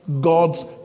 God's